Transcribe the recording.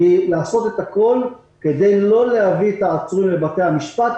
היא לעשות את הכול כדי לא להביא את העצורים לבתי המשפט.